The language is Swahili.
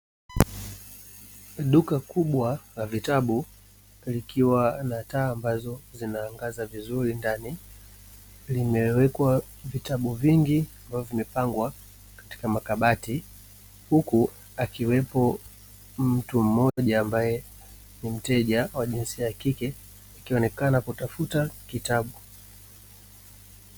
Duka kubwa la vitabu likiwa na taa ambazo zinaangaza vizuri ndani, limewekwa vitabu vingi ambavyo vimepangwa katika makabati, huku akiwepo mtu mmoja ambaye ni mteja wa jinsia ya kike akionekana kutafuta kitabu.